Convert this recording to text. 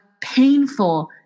painful